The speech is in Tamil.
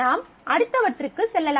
நாம் அடுத்தவற்றுக்கு செல்லலாம்